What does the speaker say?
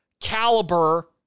caliber